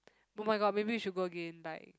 oh-my-god maybe we should go again like